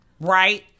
right